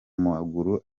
maguru